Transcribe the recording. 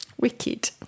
wicked